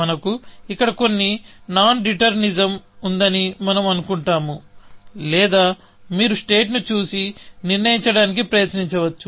మనకు ఇక్కడ కొన్ని నాన్ డిటర్నినిజం ఉందని మనం అనుకుంటాము లేదా మీరు స్టేట్ ని చూసి నిర్ణయించడానికి ప్రయత్నించవచ్చు